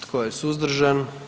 Tko je suzdržan?